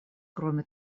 кроме